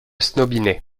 snobinet